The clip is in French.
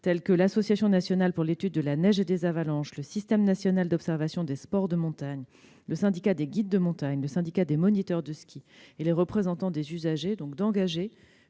avec l'Association nationale pour l'étude de la neige et des avalanches, le Système national d'observation des sports de montagne, le Syndicat national des guides de montagnes, le Syndicat des moniteurs de ski et les représentants des usagers, une